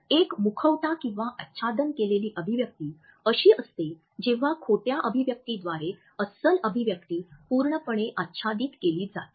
एक मुखवटा किंवा आच्छादन घातलेली अभिव्यक्ती अशी असते जेव्हा खोट्या अभिव्यक्तीद्वारे अस्सल अभिव्यक्ती पूर्णपणे आच्छादित केली जाते